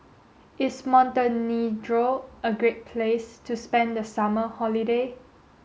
is Montenegro a great place to spend the summer holiday